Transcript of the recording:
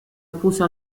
opuso